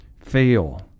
fail